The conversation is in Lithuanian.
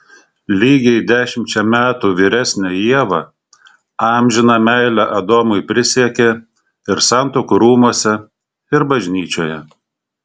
lygiai dešimčia metų vyresnė ieva amžiną meilę adomui prisiekė ir santuokų rūmuose ir bažnyčioje